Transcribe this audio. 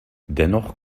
dennoch